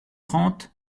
trente